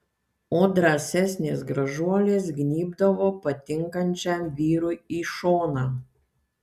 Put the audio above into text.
o drąsesnės gražuolės gnybdavo patinkančiam vyrui į šoną